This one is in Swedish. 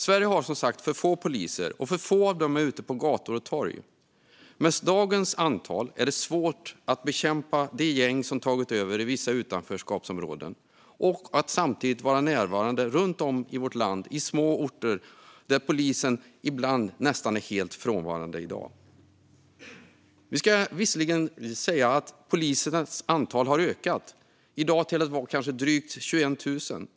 Sverige har som sagt för få poliser, och för få av dem är ute på gator och torg. Med dagens antal är det svårt att bekämpa de gäng som har tagit över i vissa utanförskapsområden och samtidigt vara närvarande runt om i vårt land, även på små orter där polisen ibland är nästan helt frånvarande i dag. Visserligen har antalet poliser ökat något till kanske drygt 21 000 i dag.